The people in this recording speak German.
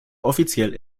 offiziell